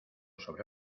sobre